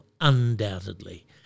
undoubtedly